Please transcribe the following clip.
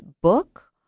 book